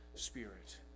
Spirit